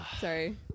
Sorry